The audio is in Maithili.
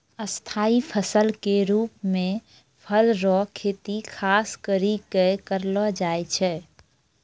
स्थाई फसल के रुप मे फल रो खेती खास करि कै करलो जाय छै